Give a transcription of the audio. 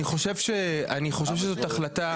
אני חושב שזאת החלטה